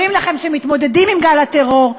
אומרים לכם שמתמודדים עם גל הטרור,